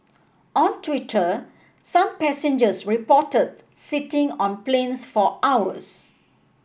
on Twitter some passengers reported sitting on planes for hours